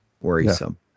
worrisome